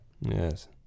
Yes